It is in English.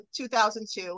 2002